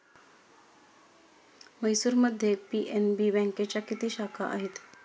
म्हैसूरमध्ये पी.एन.बी बँकेच्या किती शाखा आहेत?